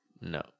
No